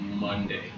Monday